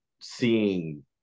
seeing